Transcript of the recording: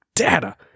Data